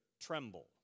tremble